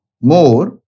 more